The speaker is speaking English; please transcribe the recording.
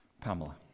Pamela